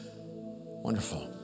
Wonderful